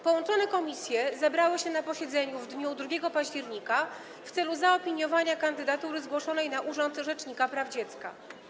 Połączone komisje zebrały się na posiedzeniu w dniu 2 października w celu zaopiniowania kandydatury zgłoszonej na urząd rzecznika praw dziecka.